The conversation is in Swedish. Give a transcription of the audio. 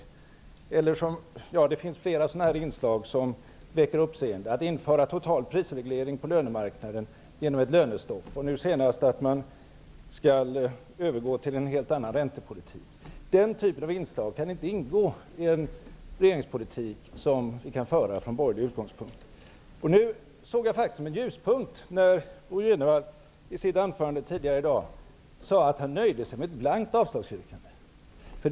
Det finns i Ny demokratis politik flera sådana inslag som väcker uppseende, t.ex. förslag om införande av en total prisreglering på lönemarknaden genom ett lönestopp. Nu senast har Ny demokrati föreslagit att vi skall övergå till en helt annan räntepolitik. Den typen av inslag kan inte ingå i en regeringspolitik som förs med borgerlig utgångspunkt. Jag såg det faktiskt som en ljuspunkt när Bo Jenevall i sitt anförande tidigare i dag sade att han nöjde sig med ett yrkande om blankt avslag.